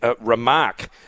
Remark